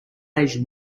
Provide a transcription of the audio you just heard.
asian